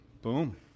Boom